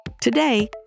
Today